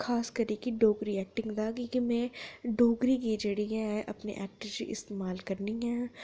खासकरी कि डोगरी ऐक्टिंग दा की कि में डोगरी गी जेह्ड़ी ऐ अपने ऐक्ट च इस्तेमाल करनी आं